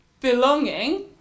belonging